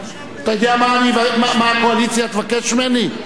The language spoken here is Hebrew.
אתה יודע מה הקואליציה תבקש ממני?